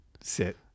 sit